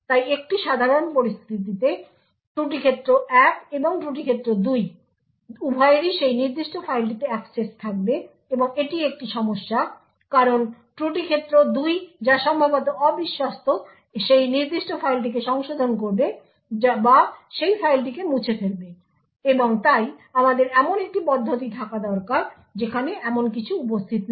তাই একটি সাধারণ পরিস্থিতিতে ত্রুটি ক্ষেত্র 1 এবং ত্রুটি ক্ষেত্র 2 উভয়েরই সেই নির্দিষ্ট ফাইলটিতে অ্যাক্সেস থাকবে এবং এটি একটি সমস্যা কারণ ত্রুটি ক্ষেত্র 2 যা সম্ভবত অবিশ্বস্ত সেই নির্দিষ্ট ফাইলটিকে সংশোধন করবে বা সেই ফাইলটিকে মুছে ফেলবে এবং তাই আমাদের এমন একটি পদ্ধতি থাকা দরকার যেখানে এমন কিছু উপস্থিত নেই